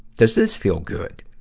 does this feel good?